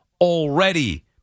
already